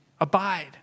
Abide